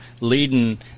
leading